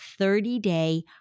30-day